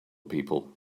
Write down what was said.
people